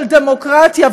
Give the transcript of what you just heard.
של דמוקרטיה.